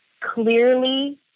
clearly